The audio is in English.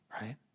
Right